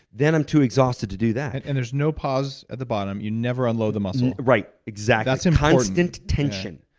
then, i'm too exhausted to do that. and there's no pause at the bottom. you never unload the muscle. right, exactly. that's important. and constant tension.